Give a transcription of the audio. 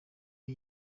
ngo